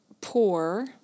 pour